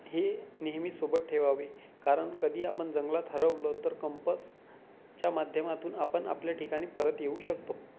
हे नेहमी सोबत ठेवावे कारण कधी आपण जंगलात हरवलं तर कंपसच्या माध्यमातून आपण आपल्या ठिकाणी परत येऊ शकतो